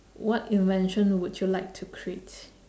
what invention would you like to create